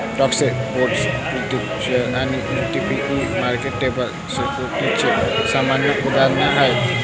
stocks, bonds, preferred shares आणि ETF ही marketable सिक्युरिटीजची सामान्य उदाहरणे आहेत